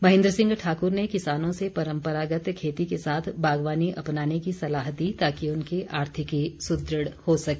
महेन्द्र सिंह ठाकुर ने किसानों से परम्परागत खेती के साथ बागवानी अपनाने की सलाह दी ताकि उनकी आर्थिकी सुदृढ़ हो सके